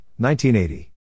1980